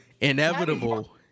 inevitable